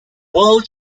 world